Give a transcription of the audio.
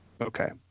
Okay